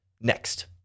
Next